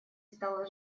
стала